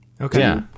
Okay